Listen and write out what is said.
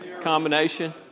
Combination